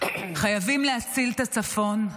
חייבים להציל את הצפון,